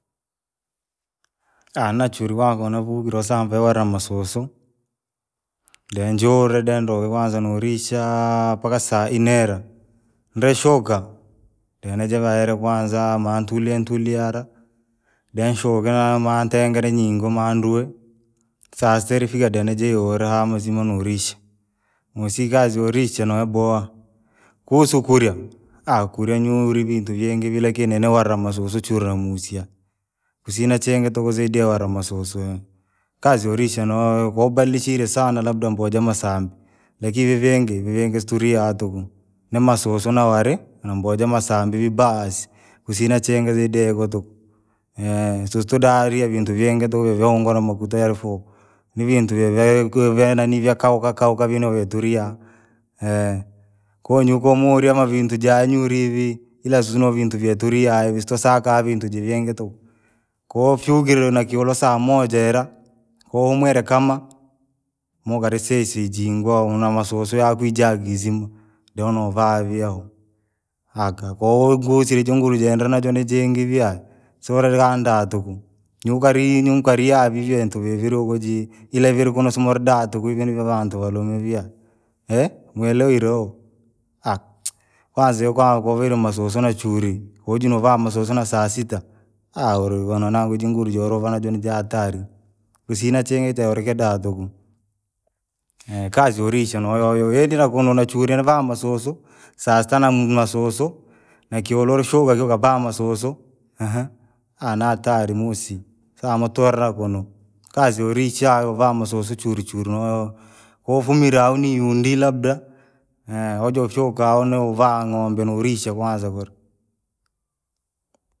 nachuri wagho navuvilwa wasambe wola masusu, denjaua dindarie kwanza nuurishaa mpata saa inera. Ndishukaa, dinavajinaa kwanza maantulia tuliara, dinishuke meansingiraa nyingo maandui, saa sita ifirire dinjowera haa mazima nolisha. Musikazi yorisha nayobaha, kuhusu kuriya kuriya nyuuri vintu vingi vira lakin newaria masusu chura namusia. Kusiina chingi tuku zaidi ya wari masusu, kazi yorisha noa kabadirishe sanaa labda mboga ja masombii, lakini veving vevingi situriya tuku, ni masusu na wari! Na mboga za masambi viibasi, kusina chingi zaidi ya ito tuku. sisi tudaniya vintu vingi tuko vyongorya makauta yalufuku, ni vintu vya nanii vyakaukakauka vino vituriya. Konyuu koo moriya mavintu janyuri ivii, ila sinovintu vye tariya hivi tosaka vii vintu jiving tuku. koofyukire na kulo saa moja era! Komwera kama! Maaukarisisii jingo na masusu yako ijagi izima, deo novaa vii hao, haka kwaiyo gusire jingoru jenderenajo nijingi via, siurikaandaa tuku, nyukarii nyunkaria vii vee vintu visirihunkojii, ila ivinkenu siuridaa tuku hivi vantu valumi via. mawelewiroo, kwanza ikwaa kuvule masusu nachuri, kojinovaa masusu na saa sita, uligonajinguvu jorovanajo ni jahatari. Kusina chingi cha urikidaa tuku, kazi yorisha noyoyo hadi nakunu nachuri navaa masusu, saa sita masusu, na kiororoshuka kivabaa masusu, na hatari muusii saa mutoree kuno. Kazi yorisha vaa masusu chunchuri noyoyo!, koofumire nayudii labda, wojifukaa unovaa ng'ombe noyorishaa kwanza kura.